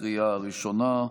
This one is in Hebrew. לקריאה הראשונה.